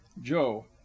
joe